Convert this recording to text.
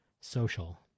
social